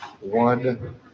one